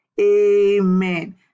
Amen